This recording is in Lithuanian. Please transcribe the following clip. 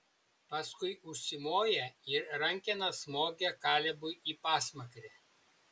paskui užsimoja ir rankena smogia kalebui į pasmakrę